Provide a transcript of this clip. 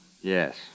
Yes